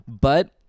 But-